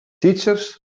teachers